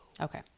okay